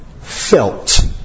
Felt